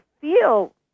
feel